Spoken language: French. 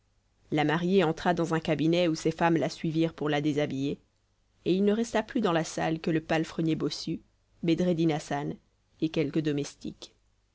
la mariée entra dans un cabinet où ses femmes la suivirent pour la déshabiller et il ne resta plus dans la salle que le palefrenier bossu bedreddin hassan et quelques domestiques